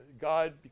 God